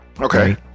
Okay